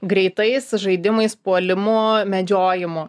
greitais žaidimais puolimu medžiojimu